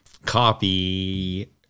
copy